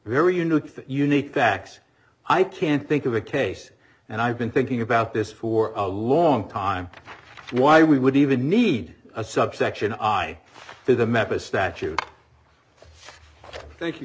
hear you new unique facts i can't think of a case and i've been thinking about this for a long time why we would even need a subsection i do the mepis statute thank you